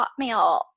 hotmail